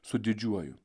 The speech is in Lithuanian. su didžiuoju